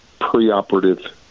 preoperative